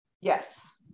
Yes